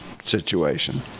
situation